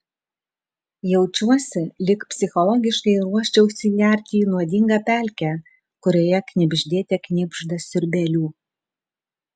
jaučiuosi lyg psichologiškai ruoščiausi nerti į nuodingą pelkę kurioje knibždėte knibžda siurbėlių